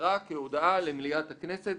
נמסרה כהודעה למליאת הכנסת".